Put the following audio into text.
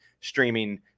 streaming